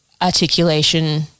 articulation